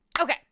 okay